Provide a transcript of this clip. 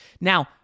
Now